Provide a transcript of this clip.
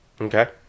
Okay